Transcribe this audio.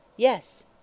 Yes